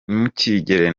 ntukigere